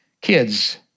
kids